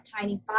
tiny